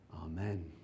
Amen